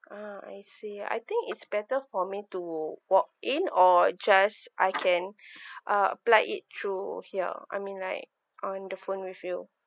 ah I see I think it's better for me to walk in or just I can uh apply it through here I mean like on the phone with you